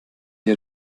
die